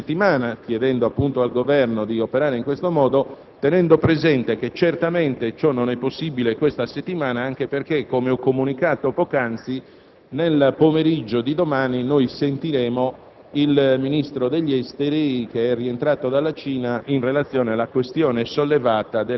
aggiornerei questa eventuale prosecuzione della discussione alla prossima settimana, chiedendo appunto all'Esecutivo di operare in questo modo, tenendo presente che certamente ciò non è possibile questa settimana, anche perché, come ho comunicato poc'anzi, nel pomeriggio di domani sentiremo